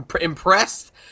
impressed